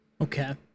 Okay